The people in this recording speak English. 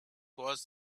was